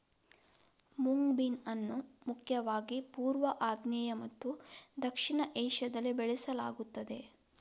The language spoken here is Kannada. ಮುಂಗ್ ಬೀನ್ ಅನ್ನು ಮುಖ್ಯವಾಗಿ ಪೂರ್ವ, ಆಗ್ನೇಯ ಮತ್ತು ದಕ್ಷಿಣ ಏಷ್ಯಾದಲ್ಲಿ ಬೆಳೆಸಲಾಗುತ್ತದೆ